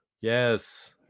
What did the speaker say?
Yes